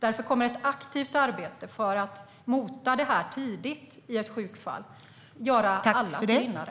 Därför kommer ett aktivt arbete för att mota det här tidigt i ett sjukfall att göra alla till vinnare.